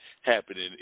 happening